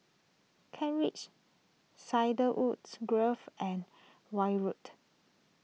Kent Ridge Cedarwoods Grove and Weld Road